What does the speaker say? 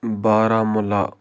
Baramulla